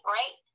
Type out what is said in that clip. right